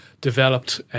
developed